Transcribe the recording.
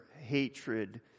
hatred